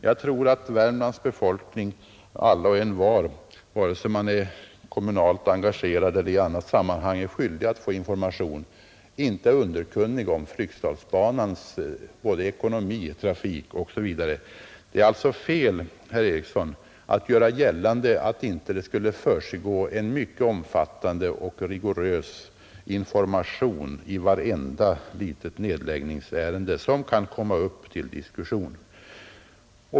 Jag tror när det gäller Värmlands befolkning att alla och envar, vare sig man är kommunalt engagerad eller i annat sammanhang får information, är underkunnig om Fryksdalsbanans ekonomi, trafik m, m, Det är alltså fel, herr Eriksson, att göra gällande att det inte skulle försiggå en mycket omfattande och rigorös information i vartenda litet nedläggningsärende som kan komma upp till diskussion.